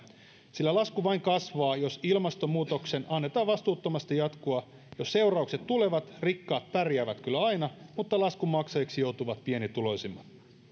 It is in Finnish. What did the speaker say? sillä lasku vain kasvaa jos ilmastonmuutoksen annetaan vastuuttomasti jatkua jos seuraukset tulevat rikkaat pärjäävät kyllä aina mutta laskun maksajiksi joutuvat pienituloisimmat